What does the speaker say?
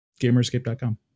gamerscape.com